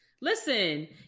Listen